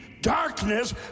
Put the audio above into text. darkness